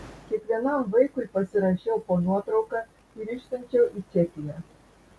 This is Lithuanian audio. kiekvienam vaikui pasirašiau po nuotrauka ir išsiunčiau į čekiją